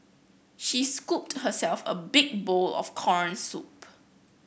she scooped herself a big bowl of corn soup